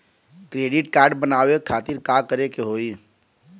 Credit card बनवावे खातिर का करे के होई?